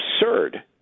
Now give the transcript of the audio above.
absurd